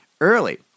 early